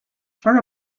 for